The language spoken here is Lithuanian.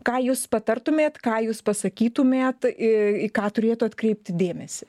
ką jūs patartumėt ką jūs pasakytumėt į ką turėtų atkreipti dėmesį